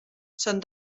són